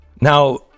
Now